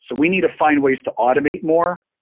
so we need to find ways to automate more.